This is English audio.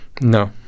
No